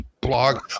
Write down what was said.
blog